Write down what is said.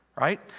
Right